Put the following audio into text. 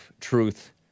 truth